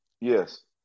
Yes